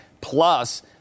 Plus